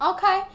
Okay